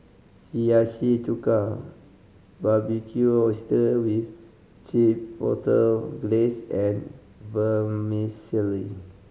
Hiyashi Chuka Barbecued Oyster with Chipotle Glaze and Vermicelli